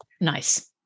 Nice